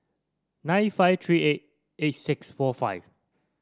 nine five three eight eight six four five